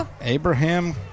Abraham